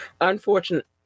Unfortunate